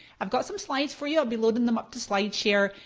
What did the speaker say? i've got some slides for you, i'll be loading them up to slideshare.